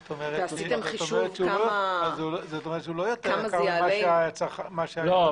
זאת אומרת שזה לא יותר יקר --- לא,